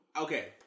Okay